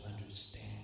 understand